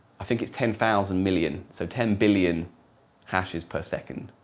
i think it's ten thousand million so ten billion hashes per second.